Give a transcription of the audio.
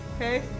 Okay